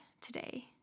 today